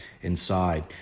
inside